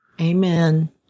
Amen